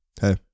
hey